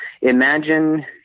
imagine